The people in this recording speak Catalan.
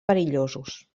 perillosos